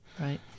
Right